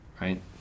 right